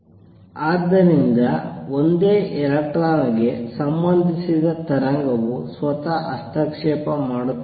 ಆದ್ದರಿಂದ ಒಂದೇ ಎಲೆಕ್ಟ್ರಾನ್ಗೆ ಸಂಬಂಧಿಸಿದ ತರಂಗವು ಸ್ವತಃ ಹಸ್ತಕ್ಷೇಪ ಮಾಡುತ್ತದೆ